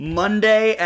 monday